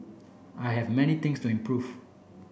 I have many things to improve